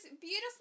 beautiful